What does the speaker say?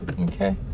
Okay